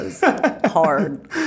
hard